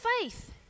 faith